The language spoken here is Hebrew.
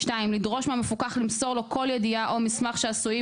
(2)לדרוש מהמפוקח למסור לו כל ידיעה או מסמך שעשויים